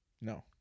no